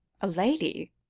a lady?